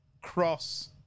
cross